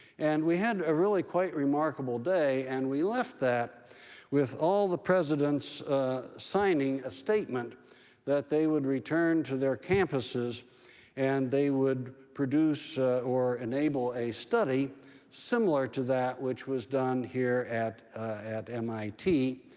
and we had a really quite remarkable day, and we left that with all the presidents signing a statement that they would return to their campuses and they would produce or enable a study similar to that which was done here at at mit.